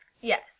Yes